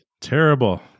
Terrible